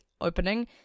opening